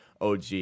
OG